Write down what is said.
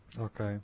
Okay